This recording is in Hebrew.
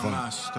ממש.